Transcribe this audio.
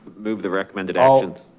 move the recommended actions.